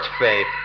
faith